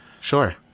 sure